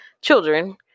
children